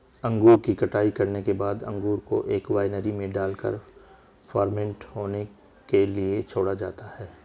अंगूर की कटाई करने के बाद अंगूर को एक वायनरी में डालकर फर्मेंट होने के लिए छोड़ा जाता है